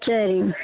சரிங்க